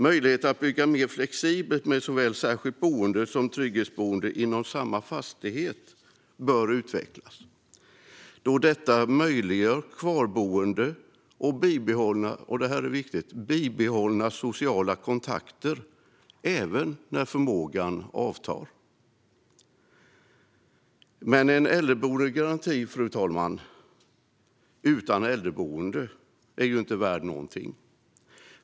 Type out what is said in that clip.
Möjligheter att bygga mer flexibelt med såväl särskilt boende som trygghetsboende inom samma fastighet bör utvecklas, då detta möjliggör kvarboende och - detta är viktigt - bibehållna sociala kontakter, även när förmågan avtar. Men en äldreboendegaranti utan äldreboende är inte värd någonting.